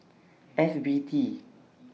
F B T